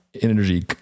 energy